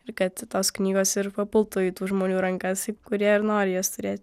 ir kad tos knygos ir papultų į tų žmonių rankas kurie ir nori jas turėt